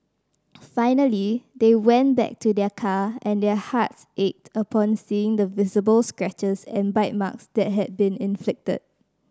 finally they went back to their car and their hearts ached upon seeing the visible scratches and bite marks that had been inflicted